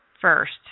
first